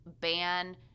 ban